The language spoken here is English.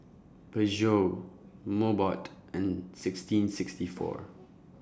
Peugeot Mobot and sixteen sixty four